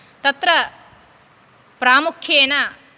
तत्र प्रामुख्येन